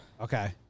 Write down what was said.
Okay